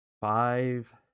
five